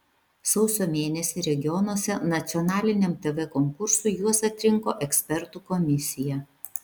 sausio mėnesį regionuose nacionaliniam tv konkursui juos atrinko ekspertų komisija